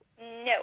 No